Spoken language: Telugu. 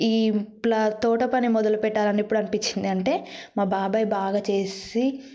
ఈ తోట పని మొదలు పెట్టాలని ఎప్పుడు అనిపించింది అంటే మా బాబాయ్ బాగా చేసి